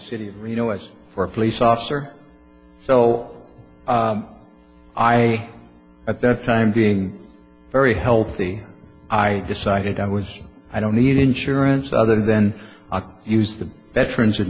city you know as for a police officer so i at that time being very healthy i decided i was i don't need insurance other then i can use the veterans